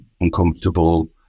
uncomfortable